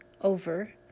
over